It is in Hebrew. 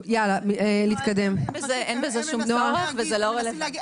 אין בזה שום צורך וזה לא רלוונטי.